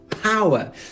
Power